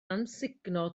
amsugno